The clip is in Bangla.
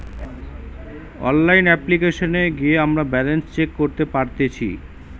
অনলাইন অপ্লিকেশনে গিয়ে আমরা ব্যালান্স চেক করতে পারতেচ্ছি